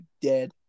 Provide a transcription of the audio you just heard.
dead